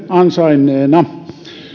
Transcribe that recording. ansainneena